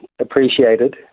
appreciated